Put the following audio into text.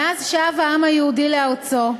מאז שב העם היהודי לארצו,